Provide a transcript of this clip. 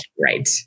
right